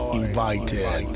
invited